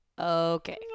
Okay